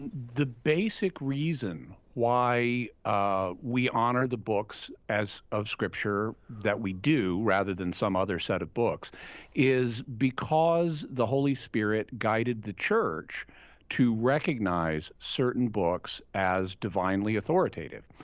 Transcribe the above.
and the basic reason why ah we honor the books of scripture that we do, rather than some other set of books is because the holy spirit guided the church to recognize certain books as divinely authoritative.